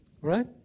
Right